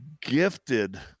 gifted